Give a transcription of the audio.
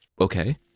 okay